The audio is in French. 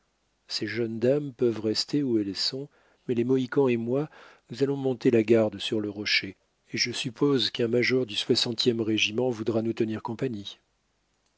ces jeunes dames peuvent rester où elles sont mais les mohicans et moi nous allons monter la garde sur le rocher et je suppose qu'un major du soixantième régiment voudra nous tenir compagnie